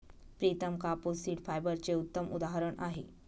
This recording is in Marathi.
प्रितम कापूस सीड फायबरचे उत्तम उदाहरण आहे